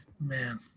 Man